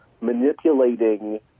manipulating